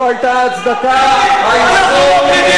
זו היתה ההצדקה ההיסטורית,